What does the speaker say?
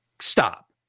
stop